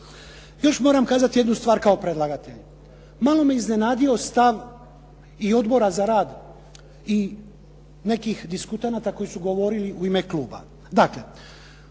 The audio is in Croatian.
Još moram kazati jednu stvar kao predlagatelj. Malo me iznenadio stav i odbora za rad i neki diskutanata koji su govorili u ime kluba.